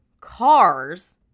cars